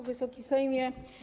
Wysoki Sejmie!